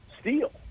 steal